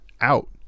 out